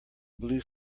blue